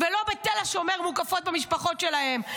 לא בתל השומר מוקפות במשפחות שלהן.